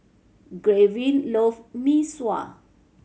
Gavyn loves Mee Sua